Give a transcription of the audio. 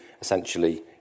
essentially